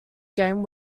game